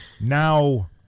now